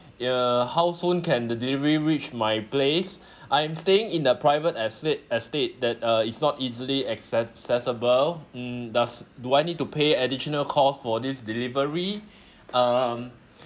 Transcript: uh how soon can the delivery reach my place I'm staying in the private estate estate that uh it's not easily accessible mm does do I need to pay additional cost for this delivery um